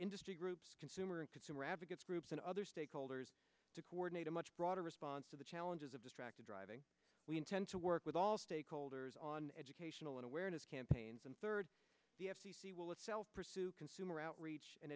industry groups consumer and consumer advocates groups and other stakeholders to coordinate a much broader response to the challenges of distracted driving we intend to work with all stakeholders on educational and awareness campaigns and third the f c c will itself pursue consumer outreach and